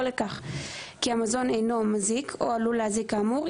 לכך כי המזון אינו מזיק או עלול להזיק כאמור,